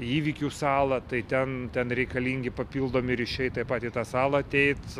įvykių salą tai ten ten reikalingi papildomi ryšiai taip pat į tą salą ateiti